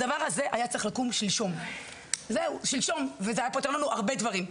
הדבר הזה היה צריך לקום שלשום וזה היה פותר לנו הרבה דברים.